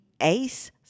ACE